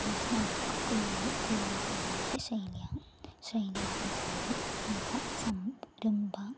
केचन लोकप्रियाय प्रियाः नृत्यशैल्या शैल्याः सन्ति यथा सम्प् रुम्बा